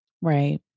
Right